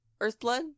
Earthblood